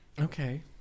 Okay